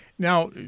Now